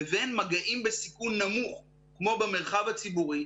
לבין מגעים בסיכון נמוך כמו במרחב הציבורי,